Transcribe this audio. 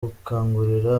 gukangurira